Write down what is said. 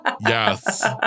Yes